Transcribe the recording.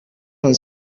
han